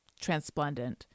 transplendent